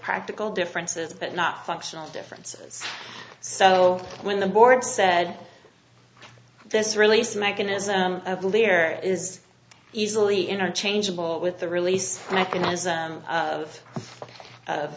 practical differences but not functional differences so when the board said this release mechanism of lir is easily interchangeable with the release mechanism of